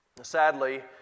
Sadly